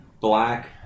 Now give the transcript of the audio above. black